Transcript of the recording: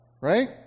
right